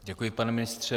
Děkuji, pane ministře.